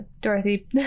Dorothy